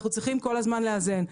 אנחנו צריכים כל הזמן לאזן,